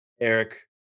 Eric